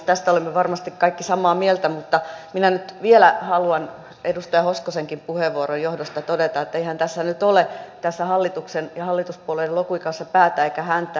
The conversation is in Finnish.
tästä olemme varmasti kaikki samaa mieltä mutta minä nyt vielä haluan edustaja hoskosenkin puheenvuoron johdosta todeta että eihän tässä ole hallituksen ja hallituspuolueiden logiikan kanssa päätä eikä häntää